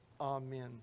Amen